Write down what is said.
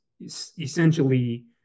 essentially